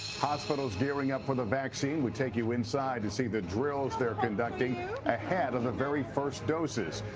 hospitals gearing up for the vaccine we take you inside to see the drills they're conducting ahead of the very first doses.